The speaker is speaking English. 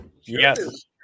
Yes